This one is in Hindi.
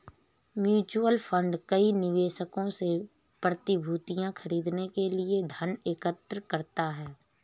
म्यूचुअल फंड कई निवेशकों से प्रतिभूतियां खरीदने के लिए धन एकत्र करता है